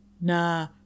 nah